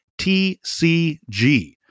TCG